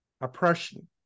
oppression